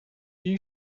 you